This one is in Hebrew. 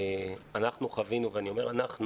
אנחנו חווינו, ואני אומר אנחנו,